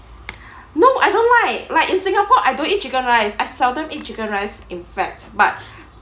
no I don't like like in singapore I don't eat chicken rice I seldom eat chicken rice in fact but